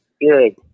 Good